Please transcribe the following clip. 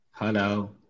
Hello